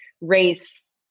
race